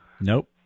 Nope